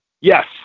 Yes